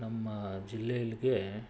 ನಮ್ಮ ಜಿಲ್ಲೆಯಲ್ಲಿಗೆ